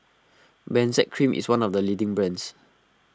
Benzac Cream is one of the leading brands